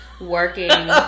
working